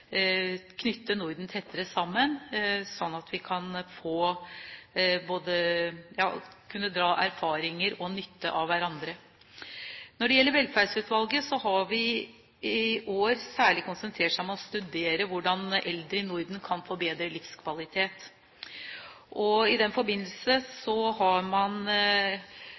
knytte Norden tettere sammen, slik at vi både skal kunne dra erfaringer og ha nytte av hverandre. Når det gjelder velferdsutvalget, så har vi i år særlig konsentrert oss om å studere hvordan eldre i Norden kan få bedre livskvalitet. I den forbindelse har man